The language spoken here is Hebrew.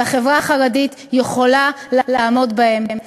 והחברה החרדית יכולה לעמוד בהם,